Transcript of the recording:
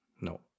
No